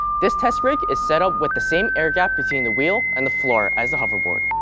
this test rig is set up with the same air gap between the wheel and the floor as the hoverboard.